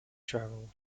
travel